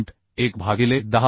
1 भागिले 10